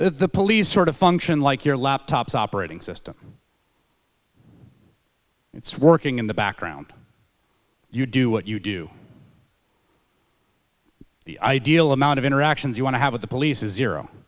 the police sort of function like your laptop's operating system it's working in the background you do what you do the ideal amount of interactions you want to have at the police's zero